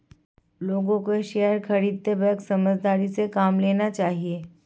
लोगों को शेयर खरीदते वक्त समझदारी से काम लेना चाहिए